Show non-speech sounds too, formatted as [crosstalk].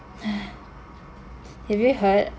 [breath] have you heard